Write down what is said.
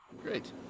great